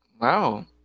Wow